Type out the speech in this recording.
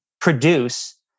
produce